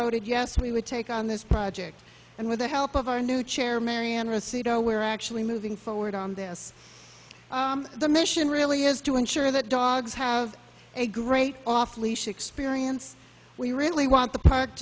voted yes we would take on this project and with the help of our new chair marion receipt oh we're actually moving forward on this the mission really is to ensure that dogs have a great off leash experience we really want the par